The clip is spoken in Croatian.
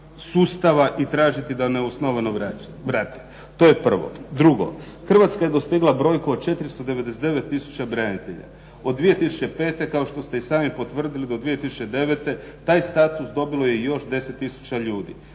sustava i tražiti da neosnovano vrate. To je prvo, drugo. Hrvatska je dostigla brojku od 499 tisuća branitelja, od 2005. kao što ste i sami potvrdili do 2009. taj status dobilo je još 10 000 ljudi,